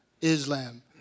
islam